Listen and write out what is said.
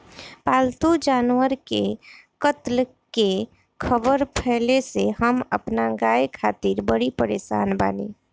पाल्तु जानवर के कत्ल के ख़बर फैले से हम अपना गाय खातिर बड़ी परेशान बानी